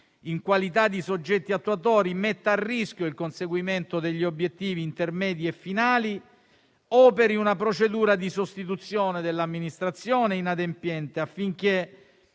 in qualità di soggetti attuatori metta a rischio il conseguimento degli obiettivi intermedi e finali, operi una procedura di sostituzione dell'amministrazione inadempiente affinché,